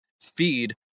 feed